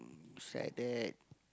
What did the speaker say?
it's like that